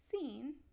seen